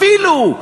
אפילו,